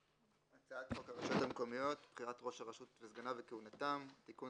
"הצעת חוק הרשויות המקומיות (בחירת ראש הרשות וסגניו וכהונתם) (תיקון,